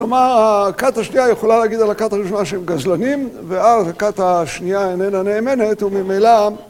כלומר, הכת השנייה יכולה להגיד על הכת הראשונה שהם גזלנים, ואז הכת השנייה איננה נאמנת וממילא